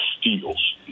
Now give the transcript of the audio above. steals